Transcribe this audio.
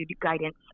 guidance